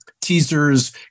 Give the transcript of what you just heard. teasers